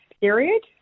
period